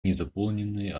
незаполненной